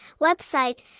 website